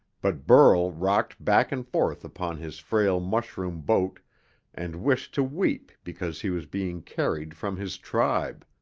but burl rocked back and forth upon his frail mushroom boat and wished to weep because he was being carried from his tribe,